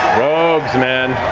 rogues, man.